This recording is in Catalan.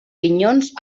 pinyons